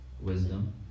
Wisdom